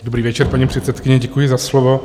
Dobrý večer, paní předsedkyně, děkuji za slovo.